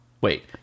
Wait